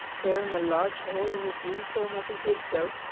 tearing a large hole in his uniform as he did so,